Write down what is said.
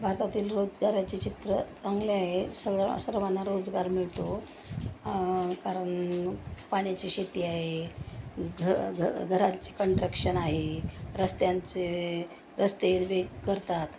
भारतातील रोजगाराचे चित्र चांगले आहे सगळ सर्वांना रोजगार मिळतो कारण पाण्याची शेती आहे घ घ घरांचे कंट्र्क्शन आहे रस्त्यांचे रस्ते वेग करतात